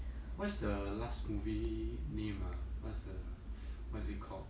what's the last movie name ah what's the what's it called